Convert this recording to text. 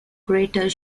greater